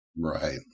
Right